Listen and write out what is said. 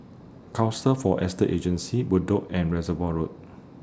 Council For Estate Agency Bedok and Reservoir Road